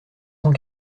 cent